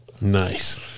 Nice